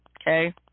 Okay